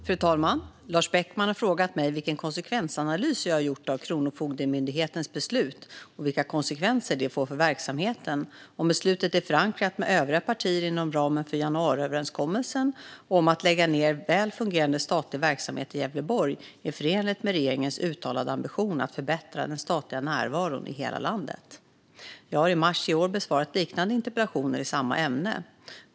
Fru talman! Lars Beckman har frågat mig vilken konsekvensanalys jag har gjort av Kronofogdemyndighetens beslut, vilka konsekvenser beslutet får för verksamheten, om beslutet är förankrat med övriga partier inom ramen för januariöverenskommelsen och om en nedläggning av väl fungerande statlig verksamhet i Gävleborg är förenligt med regeringens uttalade ambition att förbättra den statliga närvaron i hela landet. Jag besvarade i mars i år liknande interpellationer i samma ämne.